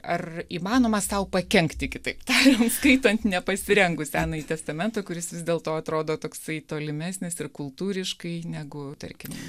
ar įmanoma sau pakenkti kitaip tariant skaitant nepasirengus senąjį testamentą kuris vis dėlto atrodo toksai tolimesnis ir kultūriškai negu tarkim